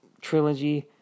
trilogy